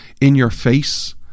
in-your-face